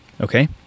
Okay